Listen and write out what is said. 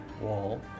wall